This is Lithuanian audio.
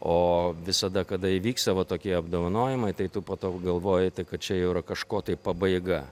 o visada kada įvyksta va tokie apdovanojimai tai tu po to galvoji tai kad čia jau yra kažko tai pabaiga